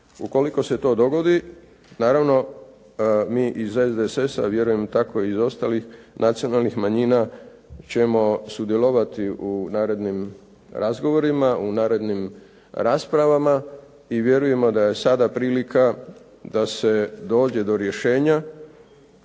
Ukoliko se to dogodi naravno mi iz SDSS-a, a vjerujem tako i iz ostalih nacionalnih manjina ćemo sudjelovati u narednim razgovorima, u narednim raspravama i vjerujemo da je sada prilika da se dođe do rješenja